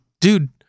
Dude